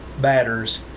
batters